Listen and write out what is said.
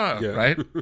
right